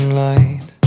light